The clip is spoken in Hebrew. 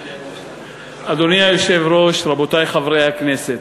אדוני היושב-ראש, רבותי חברי הכנסת,